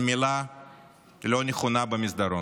על מילה לא נכונה במסדרון.